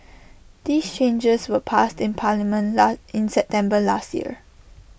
these changes were passed in parliament in September last year